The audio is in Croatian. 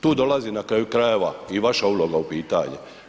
Tu dolazi na kraju krajeva i vaša uloga u pitanje.